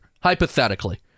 hypothetically